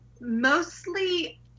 mostly